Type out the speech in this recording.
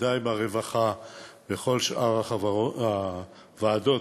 בוודאי ברווחה ובכל שאר הוועדות,